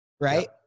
right